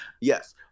yes